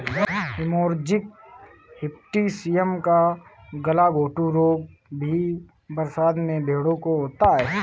haemorrhagic septicaemia या गलघोंटू रोग भी बरसात में भेंड़ों को होता है